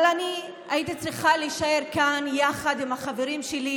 אבל הייתי צריכה להישאר כאן, יחד עם החברים שלי,